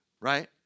right